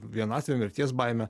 vienatvę mirties baimę